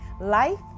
Life